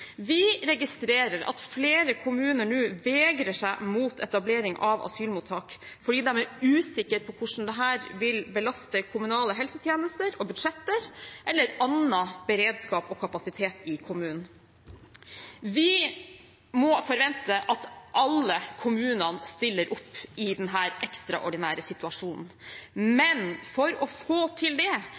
Vi registrerer at flere kommuner nå vegrer seg mot etablering av asylmottak fordi de er usikre på hvordan det vil belaste kommunale helsetjenester og budsjetter eller annen beredskap og kapasitet i kommunen. Vi må forvente at alle kommunene stiller opp i denne ekstraordinære situasjonen, men for å få til det